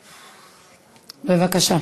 בבקשה.